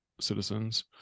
citizens